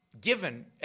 given